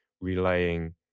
relaying